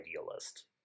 idealist